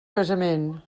casament